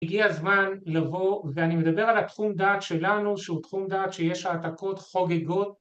הגיע הזמן לבוא ואני מדבר על התחום דעת שלנו שהוא תחום דעת שיש העתקות חוגגות